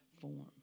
form